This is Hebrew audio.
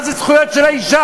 מה זה זכויות של האישה?